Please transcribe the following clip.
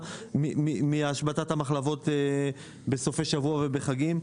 מהשבתת המחלבות בסופי שבוע וחגים.